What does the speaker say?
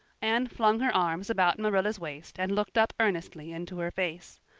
anne flung her arms about marilla's waist and looked up earnestly into her face.